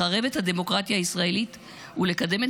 לחרב את הדמוקרטיה הישראלית ולקדם את